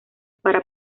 para